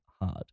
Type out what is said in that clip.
hard